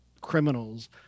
criminals